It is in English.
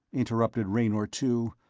interrupted raynor two.